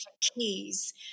keys